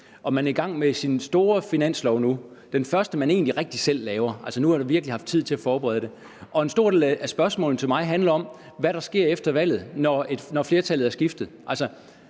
og man er i gang med sin store finanslov nu, den første, man egentlig rigtig selv laver, hvor man virkelig har haft tid til at forberede det, og en stor del af spørgsmålene til mig handler om, hvad der sker efter valget, når flertallet er skiftet.